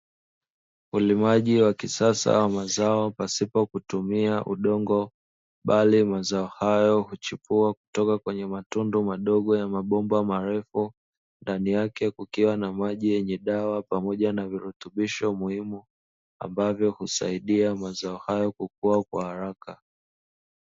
Ulimaji wa kisasa wa mazao pasipo kutumia udongo bali mazao hayo huchipua kutoka katika matundu madogo ya mabomba marefu, ndani yake kukiwa na maji yenye dawa pamoja na virutubisho muhimu ambayo husaidia mazao hayo kukua kwa haraka.